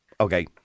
Okay